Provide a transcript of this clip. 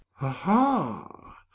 Aha